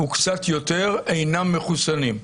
קצת יותר, אינם מחוסנים.